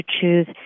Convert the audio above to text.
choose